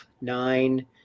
nine